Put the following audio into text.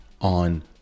on